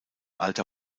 alter